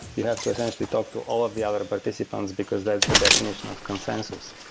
you have to essentially talk to all of the other participants, because that's the definition of consensus.